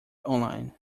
online